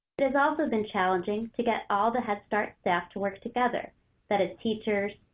it has also been challenging to get all the head start staff to work together that is teachers,